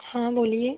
हाँ बोलिए